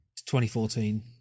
2014